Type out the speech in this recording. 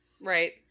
Right